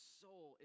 soul